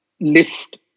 lift